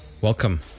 welcome